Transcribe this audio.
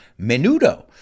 Menudo